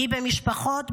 היא במשפחות,